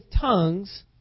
tongues